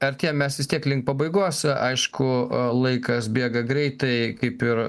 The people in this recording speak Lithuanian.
artėjam mes vis tiek link pabaigos aišku laikas bėga greitai kaip ir